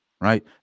right